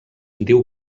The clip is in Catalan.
diu